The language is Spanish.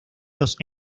los